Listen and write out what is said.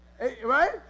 Right